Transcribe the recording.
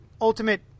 Ultimate